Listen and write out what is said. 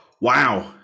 Wow